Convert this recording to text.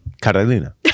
Carolina